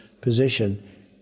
position